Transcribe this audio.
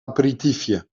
aperitiefje